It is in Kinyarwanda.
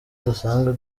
dusanzwe